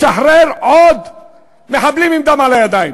לשחרר עוד מחבלים עם דם על הידיים.